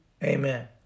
amen